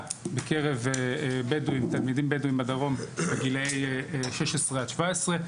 בקרב תלמידים בדואים בדרום בגילאים 16-17,